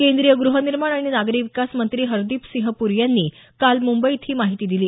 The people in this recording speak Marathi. केंद्रीय गृहनिर्माण आणि नागरी विकास मंत्री हरदीप सिंग प्री यांनी काल मुंबईत ही माहिती दिली